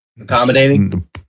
Accommodating